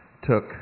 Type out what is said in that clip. took